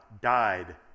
died